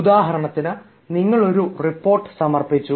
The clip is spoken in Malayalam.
ഉദാഹരണത്തിന് നിങ്ങൾ ഒരു റിപ്പോർട്ട് സമർപ്പിച്ചു